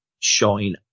Shine